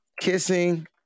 Kissing